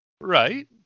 Right